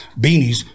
beanies